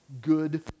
good